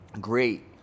Great